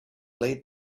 late